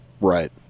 Right